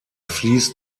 fließt